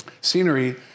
Scenery